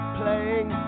playing